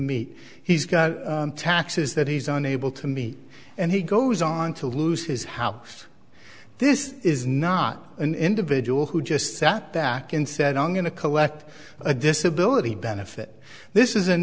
me he's got taxes that he's unable to me and he goes on to lose his house this is not an individual who just sat back and said i'm going to collect a disability benefit this is an